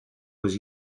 was